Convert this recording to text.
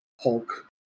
Hulk